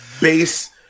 base